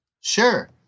Sure